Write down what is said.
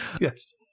Yes